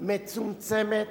מצומצמת